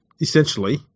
essentially